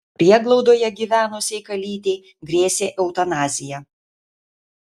prieglaudoje gyvenusiai kalytei grėsė eutanazija